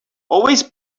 always